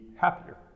happier